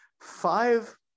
five